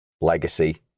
Legacy